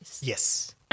Yes